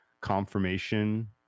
confirmation